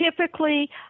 typically